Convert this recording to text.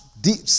deep